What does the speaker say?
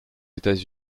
états